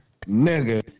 Nigga